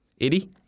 Eddie